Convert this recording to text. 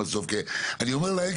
אני אומר להם,